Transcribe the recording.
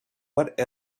what